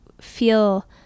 feel